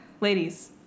Ladies